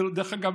דרך אגב,